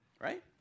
right